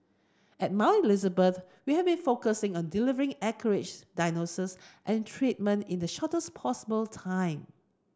at Mount Elizabeth we have been focusing on delivering an accurate diagnosis and treatment in the shortest possible time